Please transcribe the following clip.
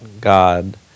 God